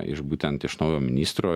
iš būtent iš naujo ministro